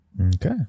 Okay